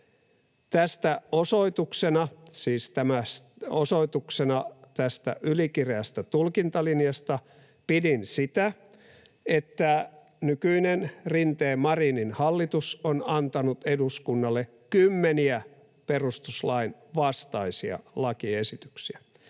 Tästä osoituksena — siis osoituksena tästä ylikireästä tulkintalinjasta — pidin sitä, että nykyinen Rinteen—Marinin hallitus on antanut eduskunnalle kymmeniä perustuslain vastaisia lakiesityksiä.